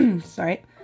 Sorry